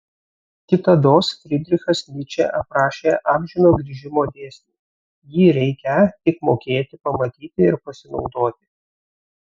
kitados frydrichas nyčė aprašė amžino grįžimo dėsnį jį reikią tik mokėti pamatyti ir pasinaudoti